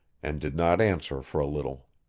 and did not answer for a little.